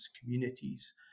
communities